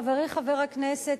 חברי חבר הכנסת,